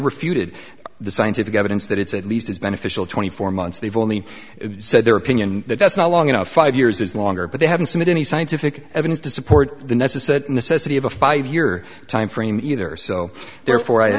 refuted the scientific evidence that it's at least as beneficial twenty four months they've only said their opinion that that's not long enough five years is longer but they haven't seen any scientific evidence to support the necessary necessity of a five year timeframe either so therefore i